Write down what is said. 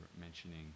mentioning